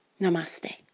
Namaste